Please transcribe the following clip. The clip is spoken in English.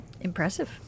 Impressive